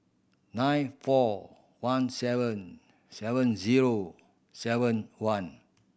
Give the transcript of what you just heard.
nine four one seven seven zero seven one